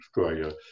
Australia